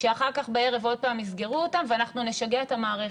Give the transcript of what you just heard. שאחר כך בערב עוד פעם יסגרו אותם ואנחנו נשגע את המערכת.